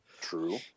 True